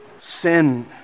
sin